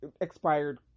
expired